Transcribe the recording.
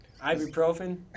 Ibuprofen